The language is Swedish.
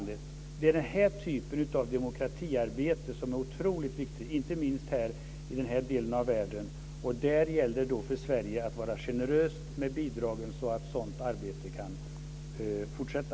Det är den typen av demokratiarbete som är så otroligt viktigt, inte minst i den här delen av världen. Det gäller för Sverige att vara generöst med bidragen så att sådant arbete kan fortsätta.